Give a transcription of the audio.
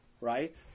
Right